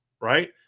right